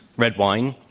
red wine,